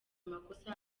amakosa